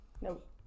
Nope